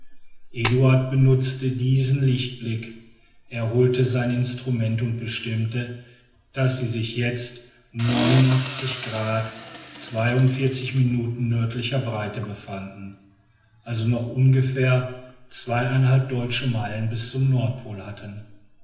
eduard benützte diesen lichtblick er holte seine instrumente und bestimmte daß sie sich jetzt grad nördlicher breite befanden also noch ungefähr deutsche meilen bis zum nordpol hatten